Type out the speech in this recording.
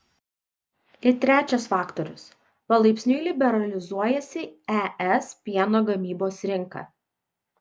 ir trečias faktorius palaipsniui liberalizuojasi es pieno gamybos rinka